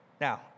Now